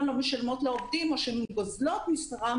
לא משלמות לעובדים או שהן גוזלות משכרם